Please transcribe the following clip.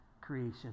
creation